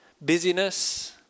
busyness